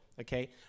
okay